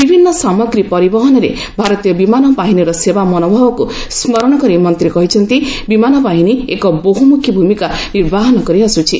ବିଭିନ୍ନ ସାଗମ୍ରୀ ପରିବହନରେ ଭାରତୀୟ ବିମାନ ବାହିନୀର ସେବା ମନୋଭାବକୁ ସ୍କରଣ କରି ମନ୍ତ୍ରୀ କହିଛନ୍ତି ବିମାନ ବାହିନୀ ଏକ ବହୁମୁଖୀ ଭୂମିକା ନିର୍ବାହନ କରିଆସ୍କୁଛି